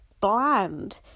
bland